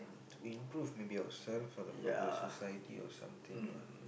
to improve maybe ourselves for the for the society or something lah